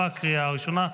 לקריאה הראשונה.